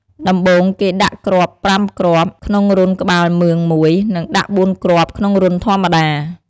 ដំបូង គេដាក់គ្រាប់៥គ្រាប់ ក្នុងរន្ធក្បាលមឿង១ និងដាក់៤គ្រាប់ ក្នុងរន្ធធម្មតា។